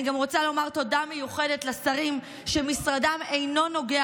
אני גם רוצה לומר תודה מיוחדת לשרים שמשרדם אינו נוגע